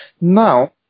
Now